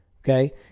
Okay